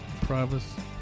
privacy